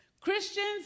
Christians